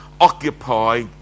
occupy